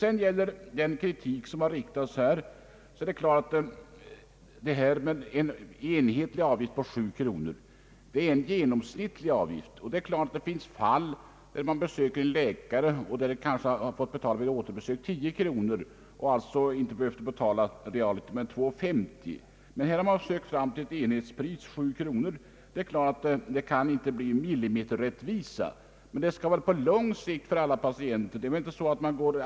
En del kritik har riktats mot förslaget om en enhetlig avgift på 7 kronor. Men det är en genomsnittlig avgift, och det är klart att det finns särfall. Så har man t.ex. vid återbesök hos en läkare fått betala 10 kronor, vilket betyder att man realiter inte har betalat mer än kronor 2:50. Vi har sökt oss fram till ett enhetspris på 7 kronor. Det är klart att det inte kan bli millimeterrättvisa, men på lång sikt skall det väl vara till fördel för alla patienter.